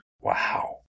Wow